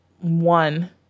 one